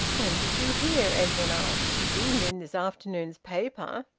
when did you hear? edwin asked. it isn't in this afternoon's paper.